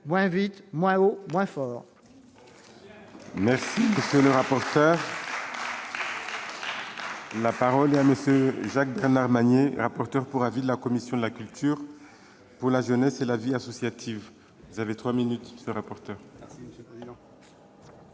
Moins vite, moins haut, moins fort